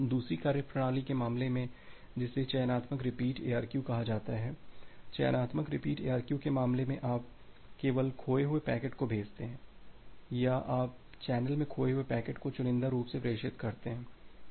दूसरी कार्यप्रणाली के मामले में जिसे चयनात्मक रिपीट ARQ कहा जाता है चयनात्मक रिपीट ARQ के मामले में आप केवल खोए हुए पैकेट को भेजते हैं या आप चैनल में खोए हुए पैकेट को चुनिंदा रूप से प्रेषित करते हैं